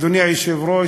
אדוני היושב-ראש,